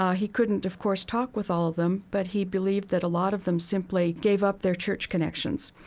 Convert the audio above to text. ah he couldn't, of course, talk with all of them, but he believed that a lot of them simply gave up their church connections.